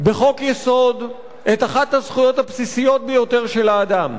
בחוק-יסוד את אחת הזכויות הבסיסיות ביותר של האדם,